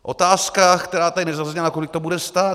Otázka, která tady zazněla kolik to bude stát?